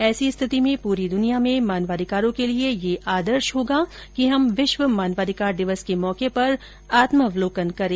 ऐसी स्थिति में पूरी दुनिया में मानवाधिकारों के लिए यह आदर्श होगा कि हम विश्व मानवाधिकार दिवस के मौके पर आत्मावलोकन करें